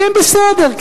שהם בסדר,